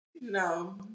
No